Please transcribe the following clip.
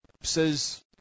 says